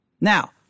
Now